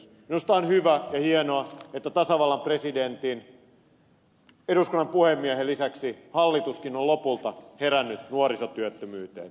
minusta on hyvä ja hienoa että tasavallan presidentin ja eduskunnan puhemiehen lisäksi hallituskin on lopulta herännyt nuorisotyöttömyyteen